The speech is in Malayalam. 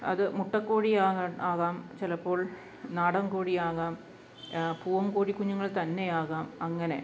അത് മുട്ടക്കോഴി ആഹ് ആകാം ചിലപ്പോൾ നാടൻ കോഴി ആകാം പൂവൻ കോഴി കുഞ്ഞുങ്ങൾ തന്നെ ആകാം അങ്ങനെ